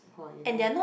how I know